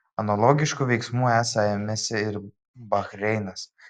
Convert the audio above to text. analogiškų veiksmų esą ėmėsi ir bahreinas